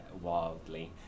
wildly